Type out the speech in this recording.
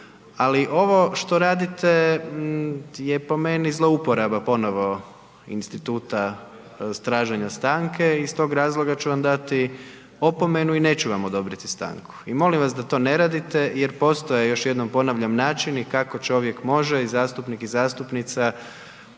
ali ovo što radite je po meni zlouporaba ponovo instituta traženja stanke i iz tog razloga ću vam dati opomenu i neću vam odobriti stanku. I molim vas da to ne radite jer postoje još jednom ponavljam načini kako čovjek može i zastupnik i zastupnica govoriti